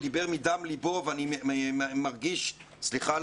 הוא דיבר מדם לבו ואני מרגיש סליחה על